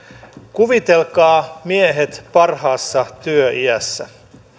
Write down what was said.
kuvitelkaa miehet parhaassa työiässä